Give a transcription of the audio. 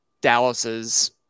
Dallas's